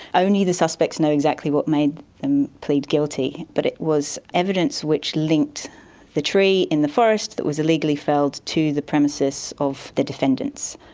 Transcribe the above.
only the suspects know exactly what made them plead guilty, but it was evidence which linked the tree in the forest that was illegally felled to the premises of the defendants.